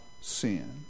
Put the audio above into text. sin